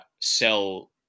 sell